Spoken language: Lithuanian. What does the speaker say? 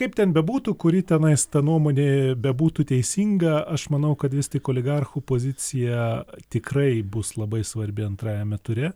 kaip ten bebūtų kuri tenais ta nuomonė bebūtų teisinga aš manau kad vis tik oligarchų pozicija tikrai bus labai svarbi antrajame ture